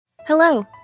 Hello